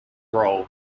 roll